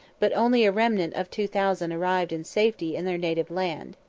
but only a remnant of two thousand arrived in safety in their native land.